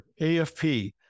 AFP